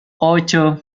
ocho